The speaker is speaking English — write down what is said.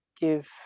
give